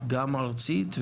גם ארצית,